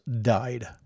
died